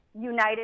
united